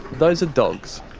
those are dogs,